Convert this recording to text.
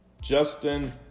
Justin